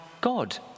God